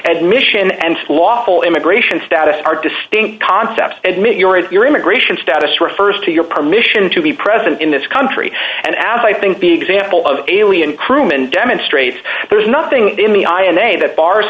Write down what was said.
and mission and lawful immigration status are distinct concepts and meet your and your immigration status refers to your permission to be present in this country and as i think the example of alien crewman demonstrates there's nothing in the eye and they that bars